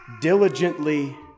diligently